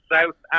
South